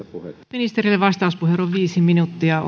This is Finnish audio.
ministerille vastauspuheenvuoro viisi minuuttia